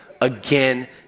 again